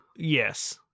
Yes